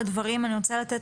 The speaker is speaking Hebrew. בבקשה,